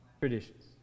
Traditions